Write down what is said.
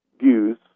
views